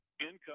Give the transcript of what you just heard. income